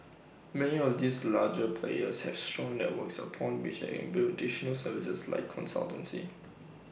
many of these larger players have strong networks upon which they can build additional services like consultancy